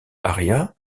arias